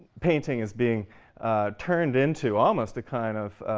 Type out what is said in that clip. painting is being turned into almost a kind of